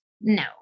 No